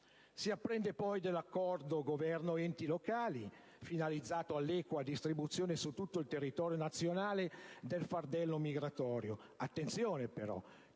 Si apprende, poi, dell'accordo Governo-enti locali finalizzato all'equa distribuzione su tutto il territorio nazionale del fardello migratorio: